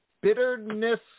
bitterness